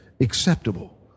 acceptable